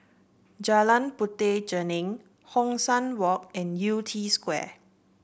Jalan Puteh Jerneh Hong San Walk and Yew Tee Square